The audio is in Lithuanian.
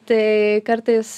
tai kartais